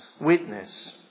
witness